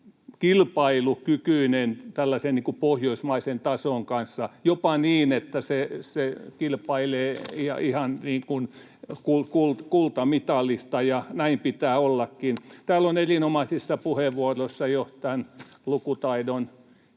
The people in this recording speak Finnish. kilpailukykyinen pohjoismaisen tason kanssa, jopa niin, että se kilpailee ihan kultamitalista, ja näin pitää ollakin. Täällä on erinomaisissa puheenvuoroissa jo lukutaidon